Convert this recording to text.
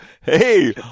hey